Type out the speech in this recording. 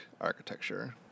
architecture